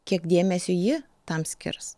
kiek dėmesio ji tam skirs